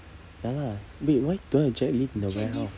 ya lah wait why don't have jack lift in the warehouse